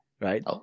right